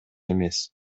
эмес